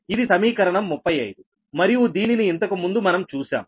ఇది సమీకరణం 35 మరియు దీనిని ఇంతకు ముందు మనం చూశాం